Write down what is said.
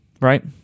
right